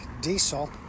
diesel